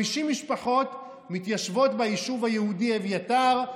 50 משפחות מתיישבות ביישוב היהודי אביתר,